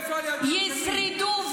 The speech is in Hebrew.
את מדברת על ילדי העוטף או על, אם ישרדו ויחיו.